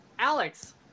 Alex